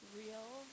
real